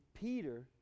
Peter